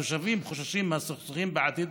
התושבים חוששים מהסכסוכים בעתיד